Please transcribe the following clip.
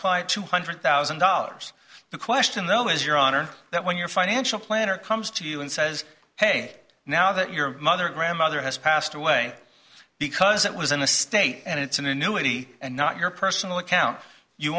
client two hundred thousand dollars the question though is your honor that when your financial planner comes to you and says hey now that your mother or grandmother has passed away because it was in the state and it's an annuity and not your personal account you